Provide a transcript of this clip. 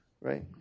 right